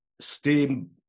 steam